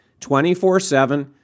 24-7